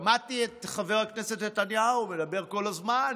שמעתי את חבר הכנסת נתניהו מדבר כל הזמן: